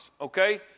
okay